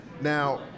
now